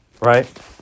Right